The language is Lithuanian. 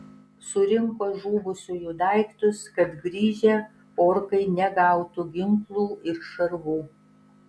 surinko žuvusiųjų daiktus kad grįžę orkai negautų ginklų ir šarvų